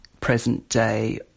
present-day